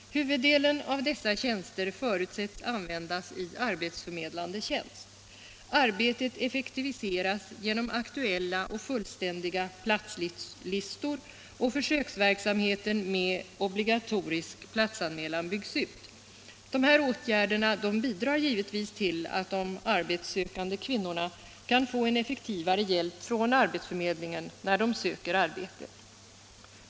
Huvuddelen av dessa tjänster förutsätts användas till arbetsförmedling. Arbetet effektiviseras genom aktuella och fullständiga platslistor, och försöksverksamheten med obligatorisk platsanmälan byggs ut. De här åtgärderna bidrar givetvis till att de arbetssökande kvinnorna kan få en effektivare hjälp från arbetsförmedlingen när de söker arbete.